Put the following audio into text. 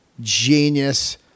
genius